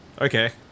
Okay